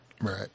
Right